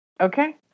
Okay